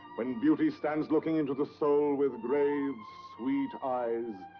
when beauty stands looking into the soul with grave, sweet eyes,